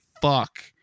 fuck